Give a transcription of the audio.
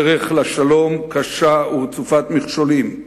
הדרך לשלום קשה ורצופת מכשולים,